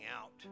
out